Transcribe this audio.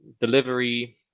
delivery